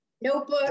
notebook